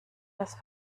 das